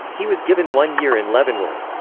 he was given one year in leavenworth.